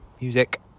Music